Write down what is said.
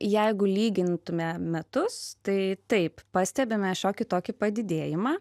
jeigu lygintume metus taip taip pastebime šiokį tokį padidėjimą